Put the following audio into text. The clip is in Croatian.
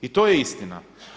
I to je istina.